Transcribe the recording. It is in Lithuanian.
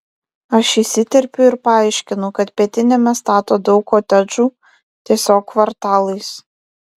aš įsiterpiu ir paaiškinu kad pietiniame stato daug kotedžų tiesiog kvartalais